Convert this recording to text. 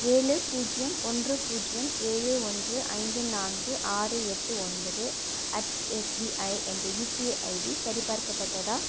ஏழு பூஜ்ஜியம் ஒன்று பூஜ்ஜியம் ஏழு ஒன்று ஐந்து நான்கு ஆறு எட்டு ஒன்பது அட் எஸ்பிஐ என்ற யுபிஐ ஐடி சரிபார்க்கப்பட்டதா